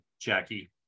jackie